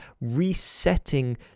resetting